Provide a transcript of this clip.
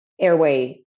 airway